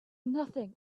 nothing